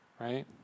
right